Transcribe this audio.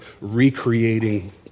recreating